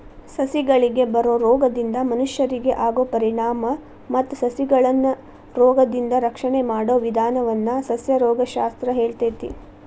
ಸಸಿಗಳಿಗೆ ಬರೋ ರೋಗದಿಂದ ಮನಷ್ಯರಿಗೆ ಆಗೋ ಪರಿಣಾಮ ಮತ್ತ ಸಸಿಗಳನ್ನರೋಗದಿಂದ ರಕ್ಷಣೆ ಮಾಡೋ ವಿದಾನವನ್ನ ಸಸ್ಯರೋಗ ಶಾಸ್ತ್ರ ಹೇಳ್ತೇತಿ